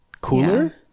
cooler